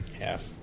Half